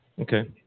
Okay